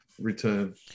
return